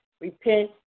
repent